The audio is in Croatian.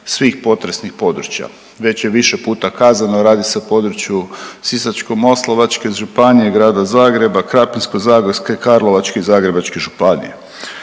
svih potresnih područja. Već je više puta kazano radi se o području Sisačko-moslavačke županije, Grada Zagreba, Krapinsko-zagorske, Karlovačke i Zagrebačke županije,